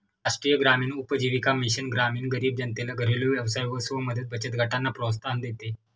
राष्ट्रीय ग्रामीण उपजीविका मिशन ग्रामीण गरीब जनतेला घरेलु व्यवसाय व स्व मदत बचत गटांना प्रोत्साहन देते